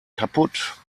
kaputt